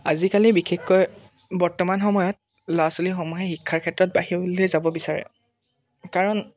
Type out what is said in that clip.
আজিকালি বিশেষকৈ বৰ্তমান সময়ত ল'ৰা ছোৱালীসমূহে শিক্ষাৰ ক্ষেত্ৰত বাহিৰলৈ যাব বিচাৰে কাৰণ